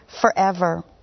forever